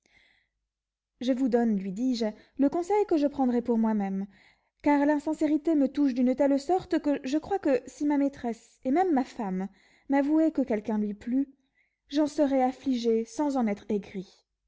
je vous donne lui dis-je le conseil que je prendrais pour moi-même car la sincérité me touche d'une telle sorte que je crois que si ma maîtresse et même ma femme m'avouait que quelqu'un lui plût j'en serais affligé sans en être aigri